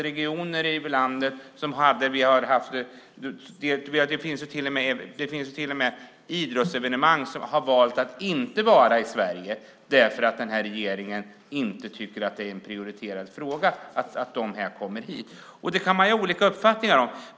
Men det är till och med så att man valt att inte ha idrottsevenemang i Sverige; den här regeringen tycker nämligen inte att det är en prioriterad fråga att få hit dem. Om det kan man ha olika uppfattningar.